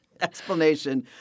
explanation